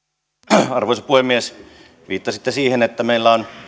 arvoisa arvoisa puhemies viittasitte siihen että meillä on